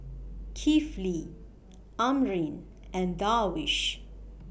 Kifli Amrin and Darwish